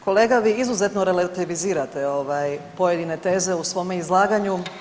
Kolega, vi izuzetno relativizirate ovaj pojedine teze u svome izlaganju.